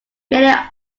many